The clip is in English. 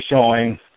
showing